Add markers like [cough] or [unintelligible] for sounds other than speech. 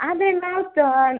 ಆದರೆ [unintelligible]